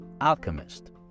Alchemist